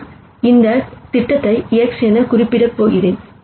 நான் அந்த திட்டத்தை X̂ என குறிப்பிடப் போகிறேன்